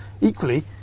equally